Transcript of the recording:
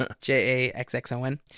J-A-X-X-O-N